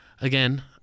again